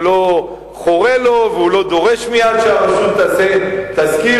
זה לא חורה לו והוא לא דורש מייד שהרשות תעשה תסקיר,